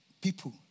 people